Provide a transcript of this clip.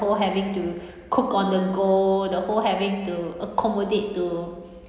whole having to cook on the go the whole having to accommodate to